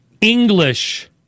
English